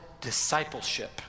discipleship